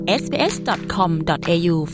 sbs.com.au